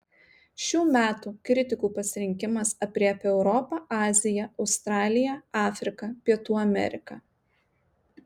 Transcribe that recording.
šių metų kritikų pasirinkimas aprėpia europą aziją australiją afriką pietų ameriką